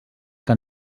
que